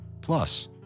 Plus